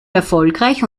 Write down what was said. erfolgreich